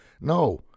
no